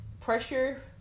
pressure